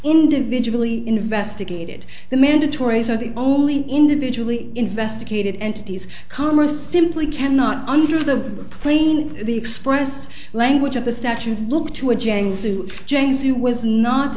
individually investigated the mandatories are the only individually investigated entities commerce simply cannot under the plane in the express language of the statute look to a jang suit james who was not